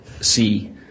see